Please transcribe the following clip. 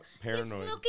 Paranoid